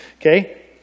Okay